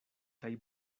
kaj